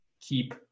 keep